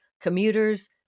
commuters